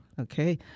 Okay